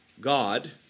God